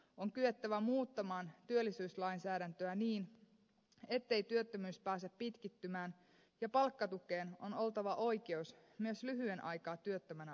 on kyettävä muuttamaan työllisyyslainsäädäntöä niin ettei työttömyys pääse pitkittymään ja palkkatukeen on oltava oikeus myös lyhyen aikaa työttömänä olleella